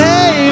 Hey